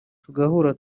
tugahura